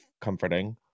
comforting